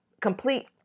complete